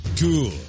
Cool